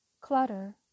clutter